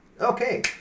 Okay